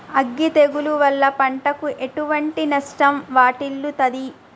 అగ్గి తెగులు వల్ల పంటకు ఎటువంటి నష్టం వాటిల్లుతది?